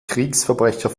kriegsverbrecher